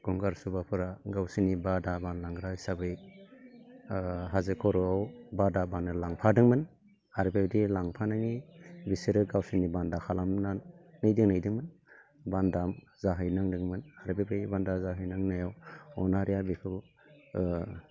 गंगार सुबाफोरा गावसोरनि बादा बानलांग्रा हिसाबै ओ हाजो खर'आव बादा बोनो लांफादोंमोन आरो बेबायदि लांफानायनि बिसोरो गावसोरनि बान्दा खालामनानै दोहैदोंमोन बान्दा जाहैनांदोंमोन आरो बै बान्दा जाहै नांनायाव अनारिया बेखौ ओ